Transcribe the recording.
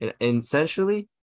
essentially